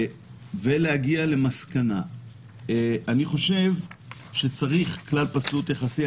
אני חושב שצריך כלל פסלות יחסי.